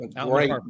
Great